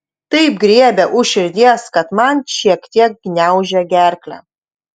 taip griebia už širdies kad man šiek tiek gniaužia gerklę